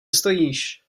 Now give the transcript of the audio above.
stojíš